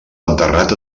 enterrat